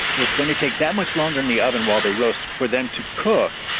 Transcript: it's going to take that much longer in the oven while they roast for them to cook.